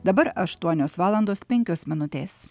dabar aštuonios valandos penkios minutės